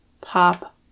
pop